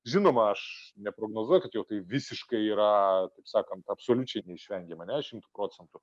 žinoma aš neprognozuoju kad jau tai visiškai yra sakant absoliučiai neišvengiama ar ne šimtu procentų